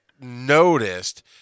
noticed